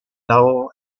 null